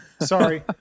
Sorry